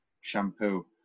shampoo